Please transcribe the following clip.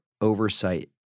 oversight